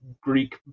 Greek